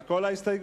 על כל ההסתייגויות?